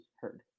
heard